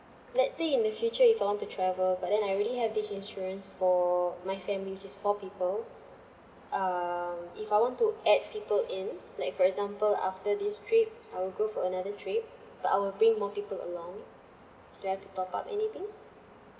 let's say in the future if I want to travel but then I already have this insurance for my family which is four people um if I want to add people in like for example after this trip I will go for another trip but I will bring more people along do I have to top up anything